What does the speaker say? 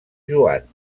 joan